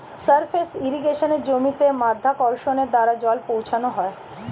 surface ইর্রিগেশনে জমিতে মাধ্যাকর্ষণের দ্বারা জল পৌঁছানো হয়